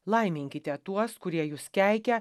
laiminkite tuos kurie jus keikia